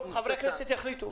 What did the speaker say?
טוב, חברי הכנסת יחליטו.